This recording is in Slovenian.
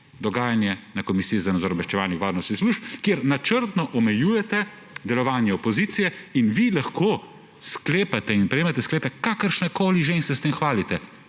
dogajanje na Komisiji za nadzor obveščevalnih in varnostnih služb, kjer načrtno omejujete delovanje opozicije, in vi lahko sprejemate sklepe, kakršnekoli že, in se s tem hvalite.